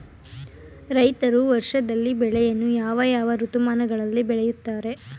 ರೈತರು ವರ್ಷದಲ್ಲಿ ಬೆಳೆಯನ್ನು ಯಾವ ಯಾವ ಋತುಮಾನಗಳಲ್ಲಿ ಬೆಳೆಯುತ್ತಾರೆ?